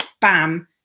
bam